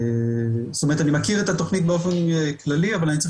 אני מכיר את התוכנית באופן כללי אבל אני צריך